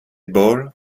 ball